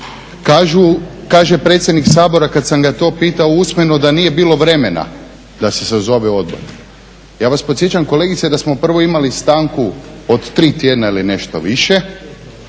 Kaže predsjednik Sabora kad sam ga to pitao usmeno da nije bilo vremena da se sazove odbor. Ja vas podsjećam kolegice da smo prvo imali stanku od 3 tjedna ili nešto više